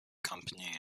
company